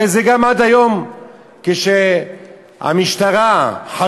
הרי זה היה עד היום: כשהמשטרה חשבה